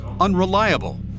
unreliable